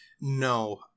No